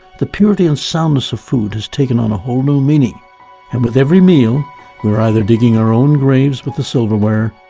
the purity and soundness of food is taking on a whole new meaning and with every meal we are either digging our own graves with a silverware,